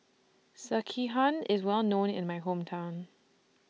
Sekihan IS Well known in My Hometown